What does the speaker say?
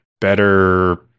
better